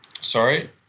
Sorry